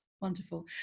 Wonderful